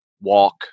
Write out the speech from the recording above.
walk